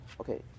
Okay